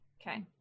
Okay